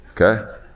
Okay